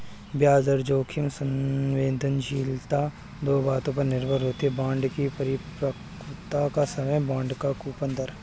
ब्याज दर जोखिम संवेदनशीलता दो बातों पर निर्भर है, बांड की परिपक्वता का समय, बांड की कूपन दर